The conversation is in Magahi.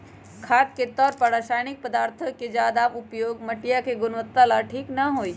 खाद के तौर पर रासायनिक पदार्थों के ज्यादा उपयोग मटिया के गुणवत्ता ला ठीक ना हई